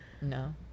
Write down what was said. No